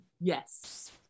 Yes